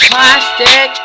Plastic